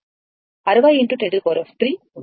60 x 103 ఉంటుంది